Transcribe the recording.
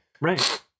right